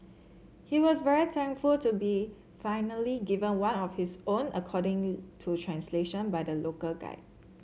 he was very thankful to be finally given one of his own according to translation by the local guide